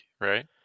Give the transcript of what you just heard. right